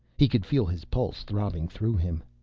he could feel his pulse throbbing through him.